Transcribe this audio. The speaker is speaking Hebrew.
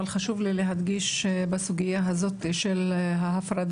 אבל חשוב לי להדגיש בסוגייה הזאת של ההפרדה,